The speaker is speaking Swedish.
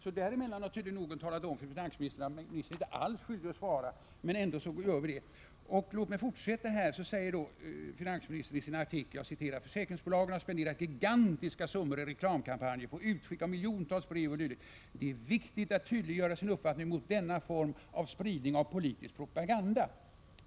Under mellantiden måste någon ha talat om för finansministern att finansministern inte alls är skyldig att svara. Sedan skriver finansministern i sin artikel: ”Försäkringsbolagen har spenderat gigantiska summor i reklamkampanjer, på utskick av miljontals brev od. Det är viktigt att tydliggöra sin uppfattning mot denna form av spridning av politisk propaganda.